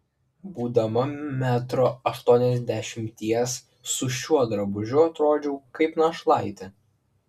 būdama metro aštuoniasdešimties su šiuo drabužiu atrodžiau kaip našlaitė